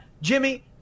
Jimmy